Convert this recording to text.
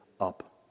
up